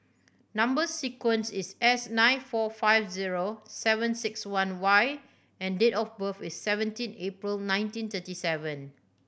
number sequence is S nine four five zero seven six one Y and date of birth is seventeen April nineteen thirty seven